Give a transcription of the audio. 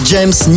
James